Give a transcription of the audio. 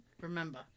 remember